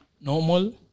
normal